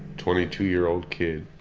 twenty two year old kid.